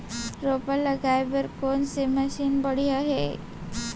रोपा लगाए बर कोन से मशीन बढ़िया हे?